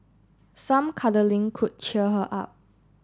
some cuddling could cheer her up